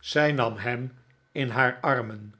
zij nam hem in haar armen